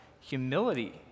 humility